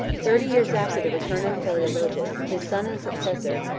thirty years after the return of palaeologus, his son and successor,